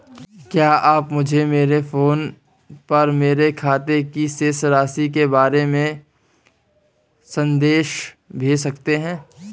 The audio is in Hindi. क्या आप मुझे मेरे फ़ोन पर मेरे खाते की शेष राशि के बारे में संदेश भेज सकते हैं?